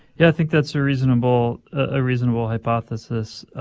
yeah, i think that's a reasonable a reasonable hypothesis.